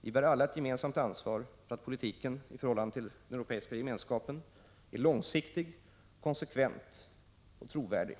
Vi bär alla ett gemensamt ansvar för att politiken i förhållande till den europeiska gemenskapen är långsiktig, konsekvent och trovärdig.